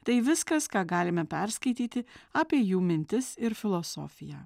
tai viskas ką galime perskaityti apie jų mintis ir filosofiją